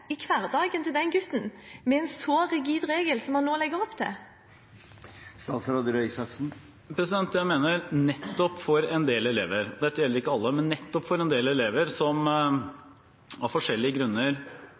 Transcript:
i hverdagen til den gutten – med en så rigid regel som han nå legger opp til? Jeg mener at nettopp for en del elever – dette gjelder ikke alle – som av forskjellige grunner velger å være hjemme, og som